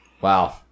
Wow